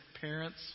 parents